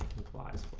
implies